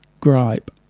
gripe